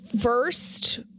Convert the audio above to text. first